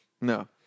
No